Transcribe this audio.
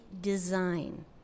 design